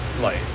light